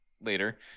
later